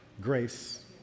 grace